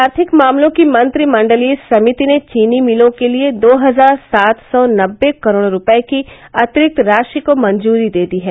आर्थिक मामलों की मंत्रिमंडलीय समिति ने चीनी मिलों के लिए दो हजार सात सौ नब्बे करोड़ रुपए की अतिरिक्त राशि को मंजूरी दे दी है